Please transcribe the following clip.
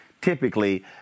typically